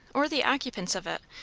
or the occupants of it,